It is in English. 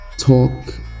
talk